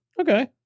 Okay